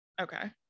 Okay